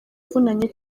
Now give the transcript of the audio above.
ivunanye